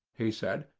he said,